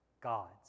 God's